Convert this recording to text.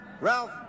Ralph